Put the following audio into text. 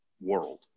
world